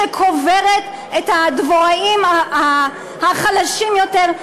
שקוברת את הדבוראים החלשים יותר,